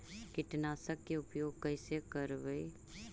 कीटनाशक के उपयोग कैसे करबइ?